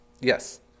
Yes